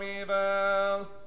evil